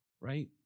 right